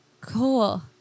cool